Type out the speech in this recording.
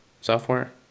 software